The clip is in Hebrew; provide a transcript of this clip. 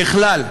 ככלל,